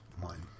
one